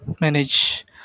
manage